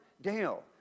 Dale